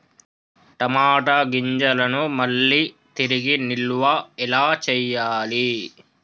టమాట గింజలను మళ్ళీ తిరిగి నిల్వ ఎలా చేయాలి?